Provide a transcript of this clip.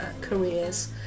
careers